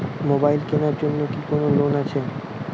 Mobile কেনার জন্য কি কোন লোন আছে?